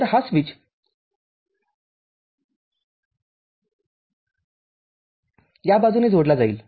तर हा स्विच या बाजूने जोडला जाईल